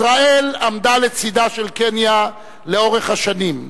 ישראל עמדה לצדה של קניה לאורך השנים,